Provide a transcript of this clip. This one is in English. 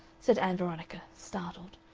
said ann veronica, startled.